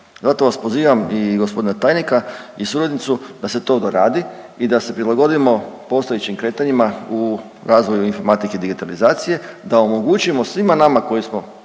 Zato vas pozivam i gospodina tajnika i suradnicu da se to doradi i da se prilagodimo postojećim kretanjima u razvoju informatike i digitalizacije, da omogućimo svima nama koji smo